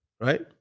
Right